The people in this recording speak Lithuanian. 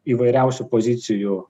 įvairiausių pozicijų